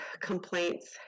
complaints